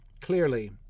clearly